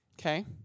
Okay